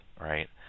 right